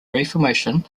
reformation